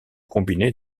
combiné